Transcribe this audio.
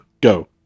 Go